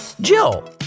jill